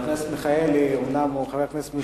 אזרחות כבוד לחללי מלחמת הקוממיות,